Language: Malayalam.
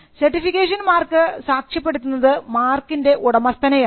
സർട്ടിഫിക്കേഷൻ മാർക്ക് സാക്ഷ്യപ്പെടുത്തുന്നത് മാർക്കിൻറെ ഉടമസ്ഥനാണ്